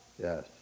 Yes